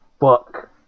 fuck